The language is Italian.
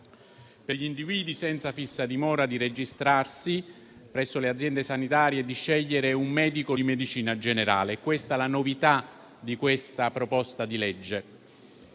per gli individui senza fissa dimora di registrarsi presso le aziende sanitarie e di scegliere un medico di medicina generale. È questa la novità di questa proposta di legge.